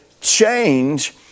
change